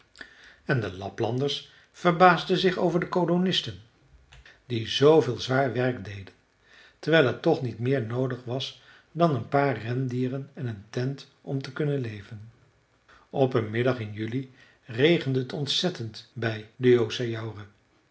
en de laplanders verbaasden zich over de kolonisten die zooveel zwaar werk deden terwijl er toch niet meer noodig was dan een paar rendieren en een tent om te kunnen leven op een middag in juli regende het ontzettend bij